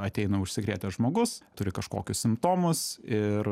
ateina užsikrėtęs žmogus turi kažkokius simptomus ir